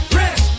rich